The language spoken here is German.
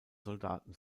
soldaten